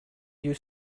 you